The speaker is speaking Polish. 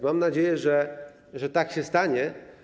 Mam nadzieję, że tak się stanie.